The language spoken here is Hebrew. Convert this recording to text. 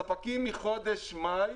הספקים מחודש מאי